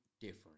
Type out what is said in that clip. different